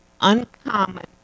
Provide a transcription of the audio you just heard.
uncommon